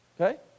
okay